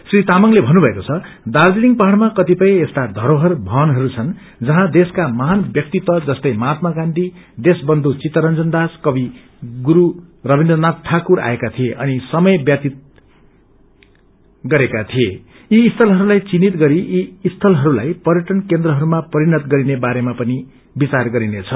श्री तामंगले भन्नुभएको छ दार्जीलिङ पहाड़मा कतिपय यस्ता धरोहर भवनहरू छन् जहाँ देशका महान व्यक्तित्व जस्तै महात्मा गांधी देशवन्यु चित्तरंजन दास कवि गुरू रवीन्द्र नाथ ठाकुर आएका थिए अनि समय व्यतीत गरेका थिए यी स्थलहरूलाई चिन्हित गरी पर्यटन केन्द्रहरूमा परिणत गरिने बारेमा पनि विचार गरिनेछ